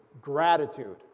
Gratitude